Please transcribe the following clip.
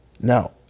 Now